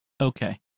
okay